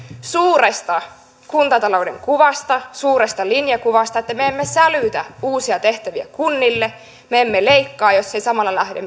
suuresta kuntatalouden kuvasta suuresta linjakuvasta että me emme sälytä uusia tehtäviä kunnille me emme leikkaa jos ei samalla lähde